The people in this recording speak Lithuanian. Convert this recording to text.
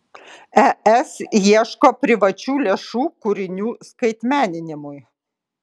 es ieško privačių lėšų kūrinių skaitmeninimui